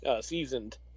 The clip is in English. seasoned